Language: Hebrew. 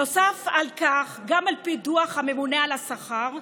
נוסף על כך, על פי דוח הממונה על השכר,